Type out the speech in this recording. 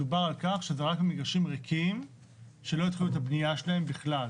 דובר על כך שזה רק למגרשים ריקים שלא התחילו את הבנייה שלהם בכלל.